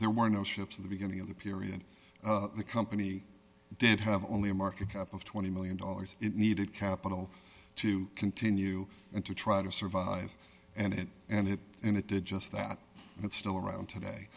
there were no ships in the beginning of the period the company didn't have only a market cap of twenty million dollars it needed capital to continue and to try to survive and it and it and it did just that and it's still around today